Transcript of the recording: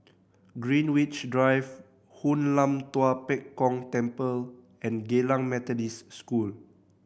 Greenwich Drive Hoon Lam Tua Pek Kong Temple and Geylang Methodist School